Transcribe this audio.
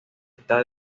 está